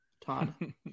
Todd